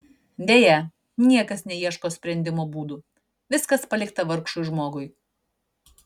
deja niekas neieško sprendimo būdų viskas palikta vargšui žmogui